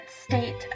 state